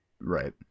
right